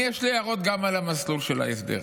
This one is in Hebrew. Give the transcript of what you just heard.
יש לי הערות גם על המסלול של ההסדר.